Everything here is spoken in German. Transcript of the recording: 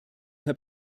herr